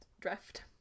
Drift